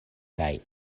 kaj